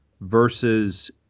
versus